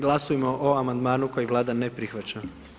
Glasujmo o amandmanu kojeg Vlada ne prihvaća.